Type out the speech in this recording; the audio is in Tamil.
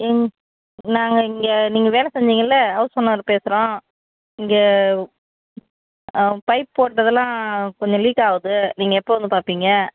எங்க நாங்கள் இங்கே நீங்கள் வேலை செஞ்சீங்கல்ல ஹவுஸ் ஓனர் பேசுகிறோம் இங்கே பைப் போட்டதெல்லாம் கொஞ்சம் லீக் ஆகுது நீங்கள் எப்போ வந்து பார்ப்பீங்க